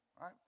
Right